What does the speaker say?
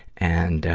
and,